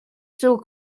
still